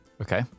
okay